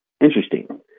Interesting